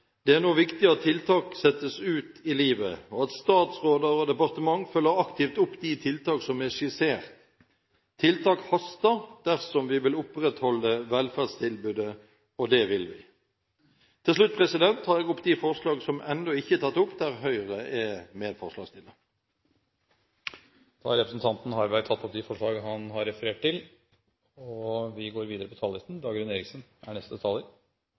Det er nå viktig at tiltak settes ut i livet, og at statsråder og departement følger aktivt opp de tiltak som er skissert. Tiltak haster dersom vi vil opprettholde velferdstilbudet, og det vil vi! Til slutt tar jeg opp de forslag som ennå ikke er tatt opp, der Høyre er medforslagsstiller. Representanten Svein Harberg har tatt opp de forslag han refererte til. Utdanningene til dagens og framtidens velferdsyrker er en av grunnsteinene som må være på